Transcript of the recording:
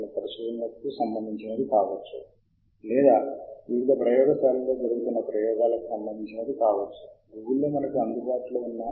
ఈ సాధనాన్ని ఉపయోగించి సాహిత్య శోధన చేయాలి అంటే మీ ప్రారంభానికి ముందు కాబట్టి ఈ సమాచారం తప్పనిసరిగా అందుబాటులో ఉండాలి